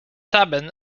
sabin